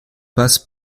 passe